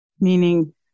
meaning